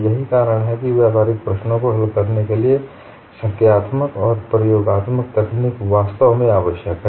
यही कारण है कि व्यावहारिक प्रश्नों को हल करने के लिए संख्यात्मक और प्रयोगात्मक तकनीक वास्तव में आवश्यक हैं